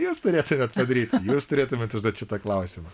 jūs turėtumėt ką daryti jūs turėtumėt užduoti šitą klausimą